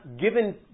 given